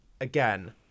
again